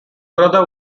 brother